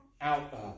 out